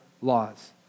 laws